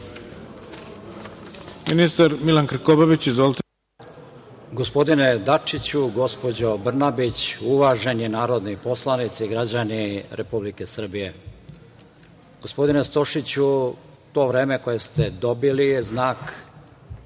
ministar Milan Krkobabić. Izvolite.